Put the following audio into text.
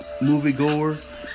moviegoer